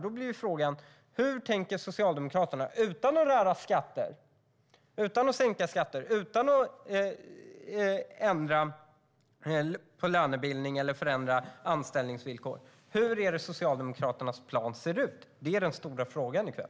Då blir frågan: Hur tänker Socialdemokraterna göra detta utan att sänka skatter och utan att ändra lönebildning eller förändra anställningsvillkor? Hur ser Socialdemokraternas plan ut? Det är den stora frågan i kväll.